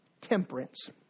temperance